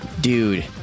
dude